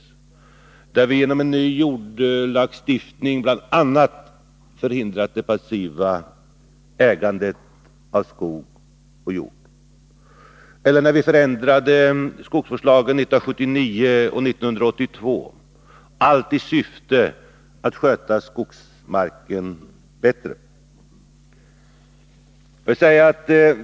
Vi förhindrade då genom en ny jordlagstiftning bl.a. det passiva ägandet av skog och jord. Vi förändrade också skogsvårdslagen 1979 och 1982, allt i syfte att skogsmarken skulle skötas bättre.